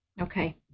Okay